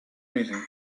anything